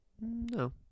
no